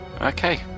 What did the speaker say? Okay